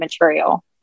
material